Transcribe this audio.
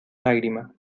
lágrima